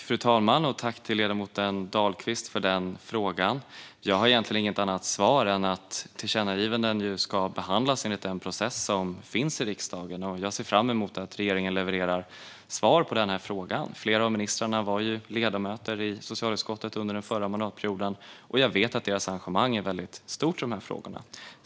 Fru talman! Tack till ledamoten Dahlqvist för den frågan! Jag har egentligen inget annat svar än att tillkännagivanden ska behandlas enligt den process som finns i riksdagen. Jag ser fram emot att regeringen levererar svar på denna fråga. Flera av ministrarna var ju ledamöter i socialutskottet under den förra mandatperioden, och jag vet att deras engagemang i dessa frågor är väldigt stort.